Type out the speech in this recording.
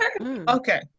Okay